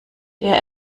der